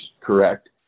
correct